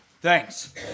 Thanks